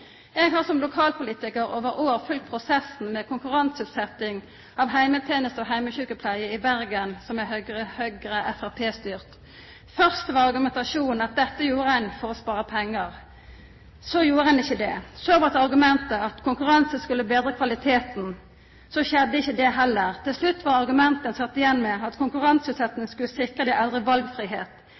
Eg har som lokalpolitikar over år følgt prosessen med konkurranseutsetjing av heimetenester og heimesjukepleie i Bergen, som er styrt av Høgre og Framstegspartiet. Først var argumentasjonen at ein gjorde dette for å spara pengar. Så gjorde ein ikkje det. Så blei argumentet at konkurranse skulle betra kvaliteten. Så skjedde ikkje det heller. Til slutt var argumentet ein sat igjen med, at konkurranseutsetjing skulle sikra dei eldre